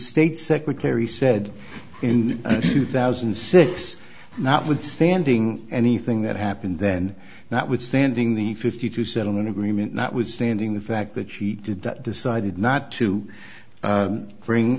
state secretary said in two thousand and six notwithstanding anything that happened then notwithstanding the fifty two settlement agreement notwithstanding the fact that she did that decided not to bring